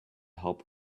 help